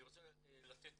אני רוצה לתת